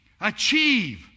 achieve